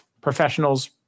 Professionals